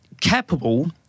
capable